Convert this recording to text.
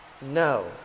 No